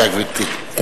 גברתי, בבקשה.